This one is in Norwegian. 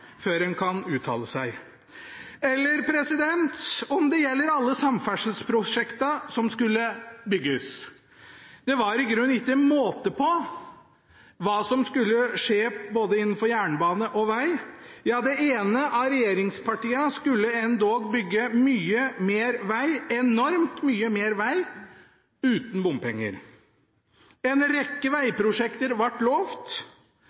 før en kan uttale seg. Slik er det om det gjelder alle samferdselsprosjektene som skulle bygges. Det var i grunnen ikke måte på hva som skulle skje innenfor både jernbane og veg. Det ene av regjeringspartiene skulle endog bygge mye mer veg – enormt mye mer veg – uten bompenger. En rekke